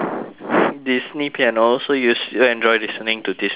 disney piano so you s~ enjoy listening to disney music